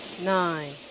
nine